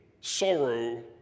sorrow